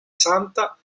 santa